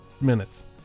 minutes